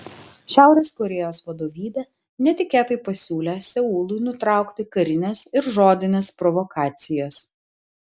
šiaurės korėjos vadovybė netikėtai pasiūlė seului nutraukti karines ir žodines provokacijas